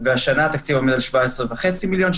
והשנה התקציב עומד על 17.5 מיליון,